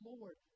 Lord